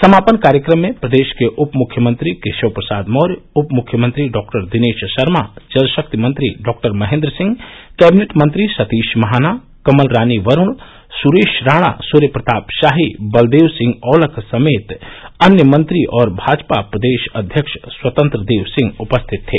समापन कार्यक्रम में प्रदेश के उपमुख्यमंत्री केशव प्रसाद मौर्य उप मुख्यमंत्री डॉ दिनेश शर्मा जलशक्ति मंत्री डॉ महेंद्र सिंह कैबिनेट मंत्री सतीश महाना कमलरानी वरूण सुरेश राणा सूर्य प्रताप शाही बलदेव सिंह औलख समेत अन्य मंत्री और भाजपा प्रदेश अध्यक्ष स्वतंत्र देव सिंह उपस्थित थे